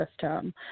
system